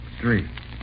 Three